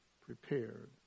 prepared